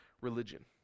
religion